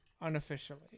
Unofficially